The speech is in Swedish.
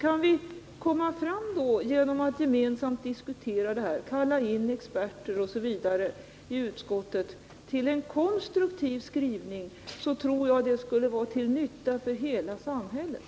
Kan vi då genom att gemensamt diskutera detta, kalla in experter osv. i utskottet komma fram till en konstruktiv skrivning, tror jag att det skulle vara till nytta för hela samhället.